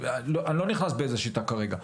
אני לא נכנס באיזה שיטה כרגע,